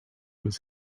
was